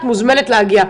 את מוזמנת להגיע.